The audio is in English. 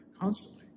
constantly